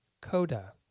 Coda